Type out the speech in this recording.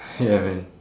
hear it